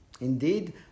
Indeed